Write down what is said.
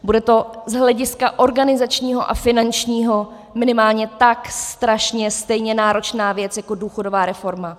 Bude to z hlediska organizačního a finančního minimálně tak strašně stejně náročná věc jako důchodová reforma.